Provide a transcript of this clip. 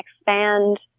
expand